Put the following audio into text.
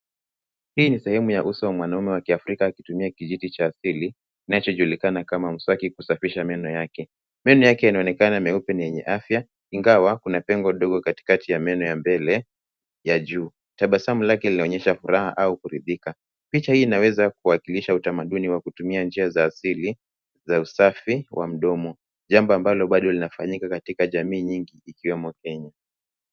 Hii ni sehemu ya uso wa mwanaume wa kiafrika akitumia kijiti cha asili, kinachojulikana kama mswaki kusafisha meno yake. Meno yake inaonekana meupe na yenye afya, ingawa kuna pengo ndogo katikati ya meno ya mbele ya juu. Tabasamu lake linaonyesha furaha au kuridhika. Picha hii inaweza kuwakilisha utamaduni wa kutumia njia za asili za usafi wa mdomo. Jambo ambalo bado linafanyika katika jamii nyingi ikiwemo Kenya.